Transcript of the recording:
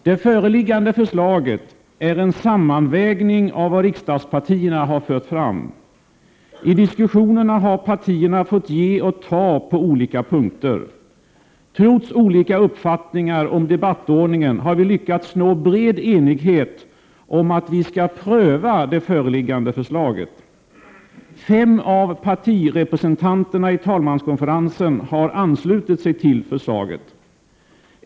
Det föreliggande förslaget är en sammanvägning av vad riksdagspartierna har fört fram. I diskussionen har partierna fått ge och ta på olika punkter. Trots olika uppfattningar om debattordningen har vi lyckats nå bred enighet om att vi skall pröva det föreliggande förslaget. Fem av partirepresentanterna i talmanskonferensen har anslutit sig till förslaget.